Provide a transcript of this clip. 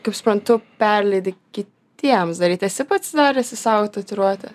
kaip suprantu perleidi kitiems daryt esi pats daręsis sau tatuiruotę